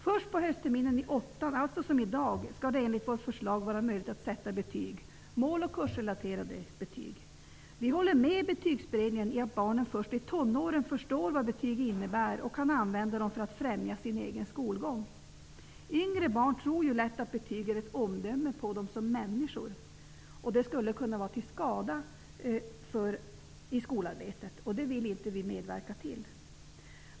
Först på höstterminen i åttan, som det är i dag, skall det enligt vårt förslag vara möjligt att sätta mål och kursrelaterade betyg. Vi håller med Betygsberedningen när det gäller att barn först i tonåren förstår vad betyg innebär och kan använda dem för att främja sin egen skolgång. Yngre barn tror lätt att betyg är ett omdöme om dem som människor. Det skulle kunna vara till skada i skolarbetet. Det vill vi inte medverka till.